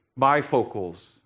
bifocals